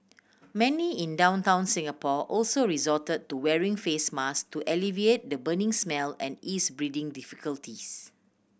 many in downtown Singapore also resorted to wearing face mask to alleviate the burning smell and ease breathing difficulties